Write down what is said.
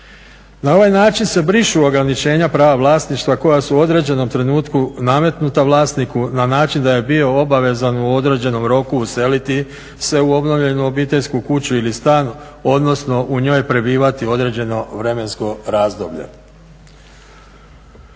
Na ovaj način se brišu ograničenja prava vlasništva koja su u određenom trenutku nametnuta vlasniku na način da je bio obavezan u određenom roku useliti se u obnovljenu obiteljsku kuću ili stan odnosno u njoj prebivati određeno vremensko razdoblje.